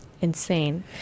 Insane